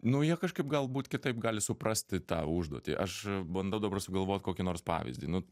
nu jie kažkaip galbūt kitaip gali suprasti tą užduotį aš bandau sugalvot kokį nors pavyzdį nu